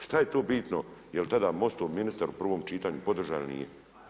Šta je tu bitno je li tada MOST-ov ministar u prvom čitanju podržao ili nije?